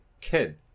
kid